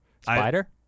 Spider